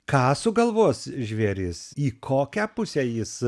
ką sugalvos žvėris į kokią pusę jis